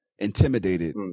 intimidated